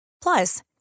Plus